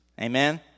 Amen